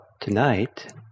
tonight